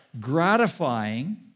gratifying